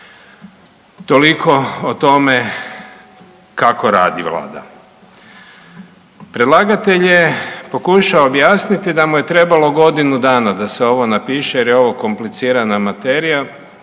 Toliko o tome kako radi Vlada. Predlagatelj je pokušao objasniti da mu je trebalo godinu dana da se ovo napiše, jer je ovo komplicirana materija.